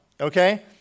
Okay